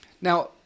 Now